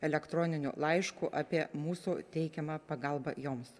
elektroniniu laišku apie mūsų teikiamą pagalbą joms